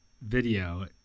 video